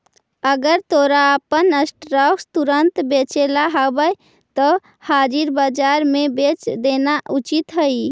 अगर तोरा अपन स्टॉक्स तुरंत बेचेला हवऽ त हाजिर बाजार में बेच देना उचित हइ